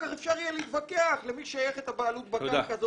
כך אפשר יהיה להתווכח למי שייכת הבעלות בקרקע.